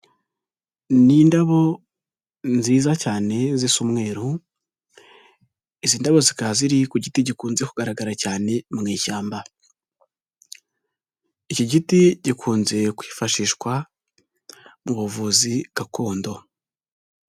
Ni indabo nziza cyane zisa umweru, izi ndabo zikaba ziri ku giti gikunze kugaragara cyane mu ishyamba, iki giti gikunze kwifashishwa mu buvuzi gakondo.